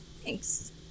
Thanks